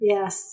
Yes